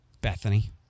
Bethany